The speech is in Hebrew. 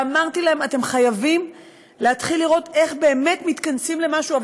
ואמרתם להם: אתם חייבים להתחיל לראות איך באמת מתכנסים למשהו.